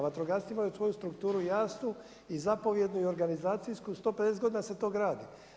Vatrogasci imaju svoju strukturu jasnu, i zapovjednu i organizacijsku i 150 godina se to gradi.